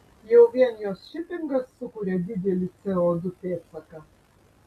jau vien jos šipingas sukuria didelį co du pėdsaką